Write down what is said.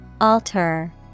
Alter